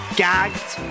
gagged